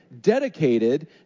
dedicated